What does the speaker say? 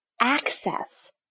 access